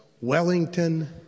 Wellington